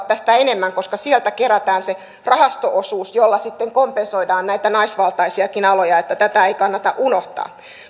tästä enemmän koska sieltä kerätään se rahasto osuus jolla sitten kompensoidaan näitä naisvaltaisiakin aloja tätä ei kannata unohtaa